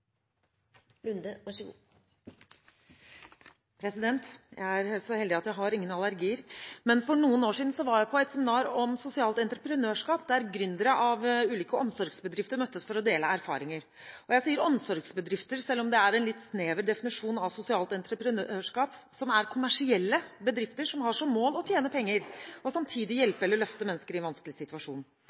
Jeg er så heldig at jeg har ingen allergier. For noen år siden var jeg på et seminar om sosialt entreprenørskap der gründere av ulike omsorgsbedrifter møttes for å dele erfaringer. Jeg sier omsorgsbedrifter, selv om det er en litt snever definisjon av sosialt entreprenørskap, som er kommersielle bedrifter som har som mål å tjene penger og samtidig hjelpe eller løfte mennesker i en vanskelig situasjon.